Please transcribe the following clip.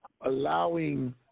allowing